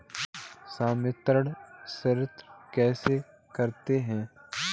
संवितरण शर्त किसे कहते हैं?